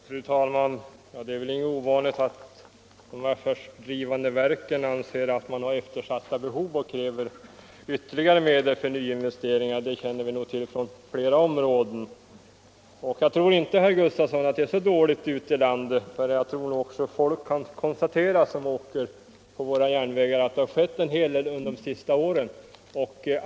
Fru talman! Det är väl inget ovanligt att de affärsdrivande verken anser sig ha eftersatta behov och kräver ytterligare medel för nyinvesteringar. Det känner vi nog till från flera områden. Jag tror inte, herr Sven Gustafson i Göteborg, att det är så dåligt ute i landet som ni säger, utan jag tror att folk som åker på våra järnvägar kan konstatera att det har skett en hel del under de senaste åren.